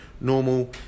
normal